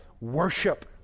worship